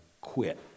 quit